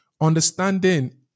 understanding